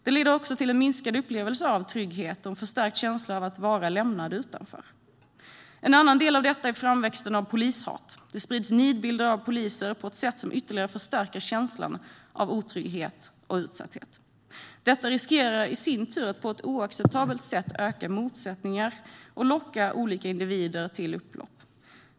Det leder också till en minskad upplevelse av trygghet och en förstärkt känsla av att vara lämnad utanför. En annan del av detta är framväxten av polishat. Det sprids nidbilder av poliser på ett sätt som ytterligare förstärker känslan av otrygghet och utsatthet. Detta riskerar i sin tur att på ett oacceptabelt sätt öka motsättningar och locka olika individer till upplopp.